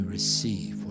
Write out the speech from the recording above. receive